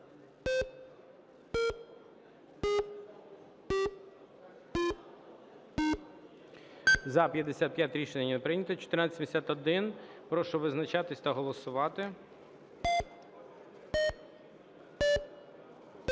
За-55 Рішення не прийнято. 1471. Прошу визначатись та голосувати.